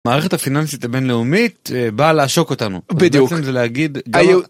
מערכת הפיננסית הבינלאומית באה לעשוק אותנו.